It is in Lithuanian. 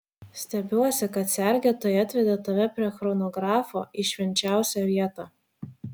stebiuosi kad sergėtojai atvedė tave prie chronografo į švenčiausią vietą